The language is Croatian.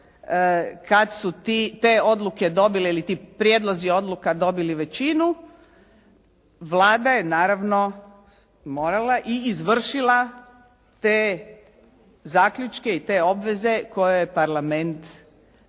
kad su te odluke dobile ili ti prijedlozi odluka dobili većinu, Vlada je naravno morala i izvršila te zaključke i te obveze koje je Parlament, s kojim